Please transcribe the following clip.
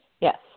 Yes